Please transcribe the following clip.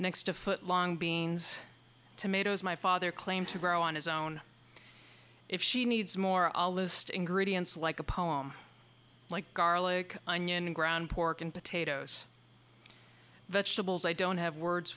next to foot long beings tomatoes my father claim to grow on his own if she needs more i'll list ingredients like a poem like garlic onion ground pork and potatoes vegetables i don't have words